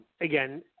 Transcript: Again